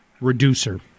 Reducer